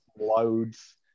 loads